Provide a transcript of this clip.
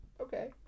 Okay